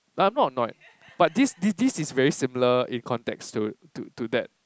but I'm not annoyed but this thi~ this is very similar in context to to to that